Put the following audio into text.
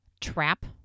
trap